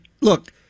look